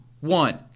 one